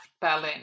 Berlin